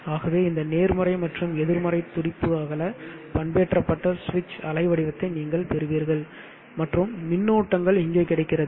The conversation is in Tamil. ஆகவே இந்த நேர்மறை மற்றும் எதிர்மறை துடிப்பு அகல பண்பேற்றப்பட்ட சுவிட்ச் அலைவடிவத்தை நீங்கள் பெறுவீர்கள் மற்றும் மின்னூட்டங்கள் இங்கே கிடைக்கிறது